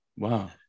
Wow